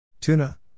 Tuna